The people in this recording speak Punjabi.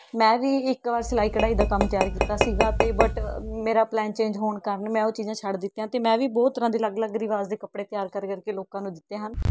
ਮੈਂ ਵੀ ਇੱਕ ਵਾਰ ਸਿਲਾਈ ਕਢਾਈ ਦਾ ਕੰਮ ਤਿਆਰ ਕੀਤਾ ਸੀਗਾ ਅਤੇ ਬਟ ਮੇਰਾ ਪਲੈਨ ਚੇਂਜ ਹੋਣ ਕਾਰਨ ਮੈਂ ਉਹ ਚੀਜ਼ਾਂ ਛੱਡ ਦਿੱਤੀਆਂ ਅਤੇ ਮੈਂ ਵੀ ਬਹੁਤ ਤਰ੍ਹਾਂ ਦੇ ਅਲੱਗ ਅਲੱਗ ਰਿਵਾਜ ਦੇ ਕੱਪੜੇ ਤਿਆਰ ਕਰ ਕਰਕੇ ਲੋਕਾਂ ਨੂੰ ਦਿੱਤੇ ਹਨ